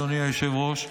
אדוני היושב-ראש,